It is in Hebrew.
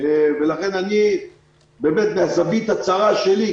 לכן מהזווית הצרה שלי,